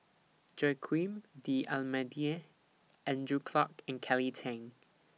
Joaquim D'almeida Andrew Clarke and Kelly Tang